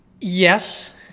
Yes